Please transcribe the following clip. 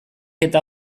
eta